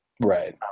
Right